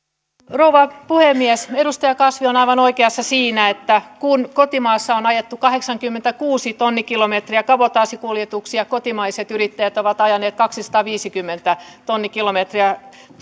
rouva puhemies edustaja kasvi on aivan oikeassa siinä että kun kotimaassa on ajettu kahdeksankymmentäkuusi tonnikilometriä kabotaasikuljetuksia kotimaiset yrittäjät ovat ajaneet kaksisataaviisikymmentä tonnikilometriä